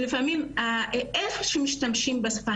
לפעמים איך שמשתמשים בשפה,